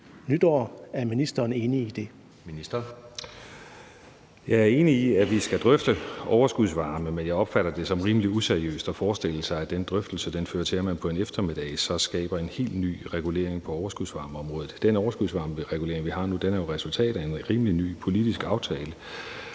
forsyningsministeren (Lars Aagaard): Jeg er enig i, at vi skal drøfte overskudsvarme, men jeg opfatter det som rimelig useriøst at forestille sig, at den drøftelse fører til, at man på en eftermiddag så skaber en helt ny regulering på overskudsvarmeområdet. Den overskudsvarmeregulering, vi har nu, er jo et resultat af en rimelig ny politisk aftale,